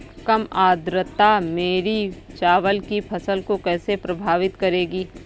कम आर्द्रता मेरी चावल की फसल को कैसे प्रभावित करेगी?